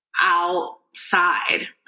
outside